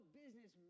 business